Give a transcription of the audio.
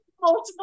multiple